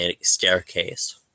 staircase